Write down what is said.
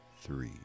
three